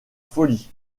folie